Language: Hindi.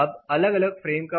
अब अलग अलग फ्रेम का प्रभाव